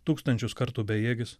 tūkstančius kartų bejėgis